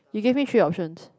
you gave me three options